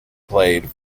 played